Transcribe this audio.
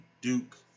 Duke